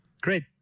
Great